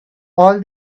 all